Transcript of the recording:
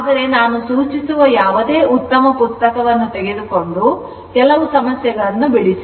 ಆದರೆ ನಾನು ಸೂಚಿಸುವ ಯಾವುದೇ ಉತ್ತಮ ಪುಸ್ತಕವನ್ನು ತೆಗೆದುಕೊಂಡು ಕೆಲವು ಸಮಸ್ಯೆಗಳನ್ನು ಬಿಡಿಸಿ